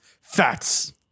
Fats